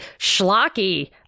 schlocky